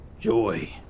Joy